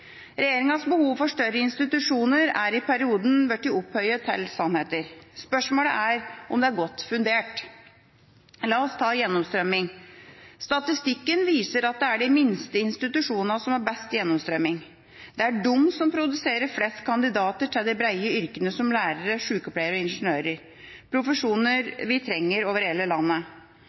Regjeringas behov for større institusjoner er i perioden blitt opphøyet til sannheter. Spørsmålet er om det er godt fundert. La oss ta gjennomstrømming: Statistikken viser at det er de minste institusjonene som har best gjennomstrømming. Det er de som produserer flest kandidater til de brede yrkene som lærer, sykepleier og ingeniør – profesjoner vi trenger over hele landet.